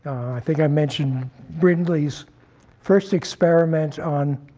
i think i mentioned brindley's first experiment on